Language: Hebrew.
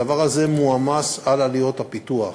הדבר הזה מועמס על עלויות הפיתוח,